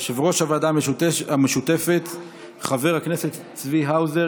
יושב-ראש הוועדה המשותפת חבר הכנסת צבי האוזר.